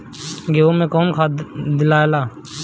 गेहूं मे कौन खाद दियाला?